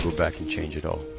back and change it all,